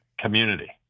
community